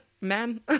ma'am